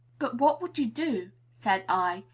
but what would you do, said i,